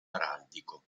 araldico